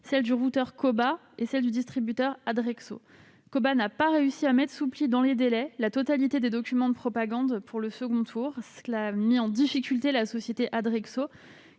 celle du routeur KOBA et celle du distributeur Adrexo. KOBA n'a pas réussi à mettre sous pli dans les délais la totalité des documents de propagande pour le second tour, mettant en difficulté la société Adrexo